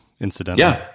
incidentally